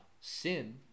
sin